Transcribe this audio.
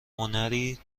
هنری